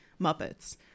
Muppets